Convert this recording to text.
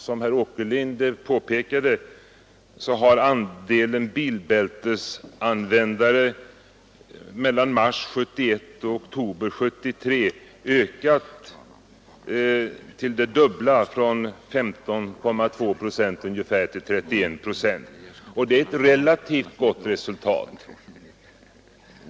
Som herr Åkerlind påpekade har andelen bilbältesanvändare från mars 1971 till oktober 1973 ökat från ungefär 15,2 procent till 31 procent. Det är ett relativt gott resultat.